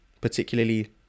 particularly